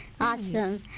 Awesome